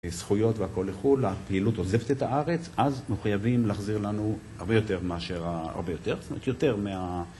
זכויות והכל לכול, הפעילות עוזבת את הארץ, אז מחייבים לחזיר לנו הרבה יותר מאשר הרבה יותר, זאת אומרת, יותר מה...